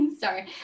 Sorry